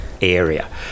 area